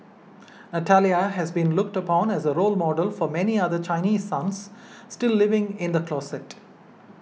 Natalia has been looked upon as a role model for many other Chinese sons still living in the closet